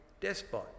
despot